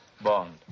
Bond